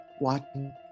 watching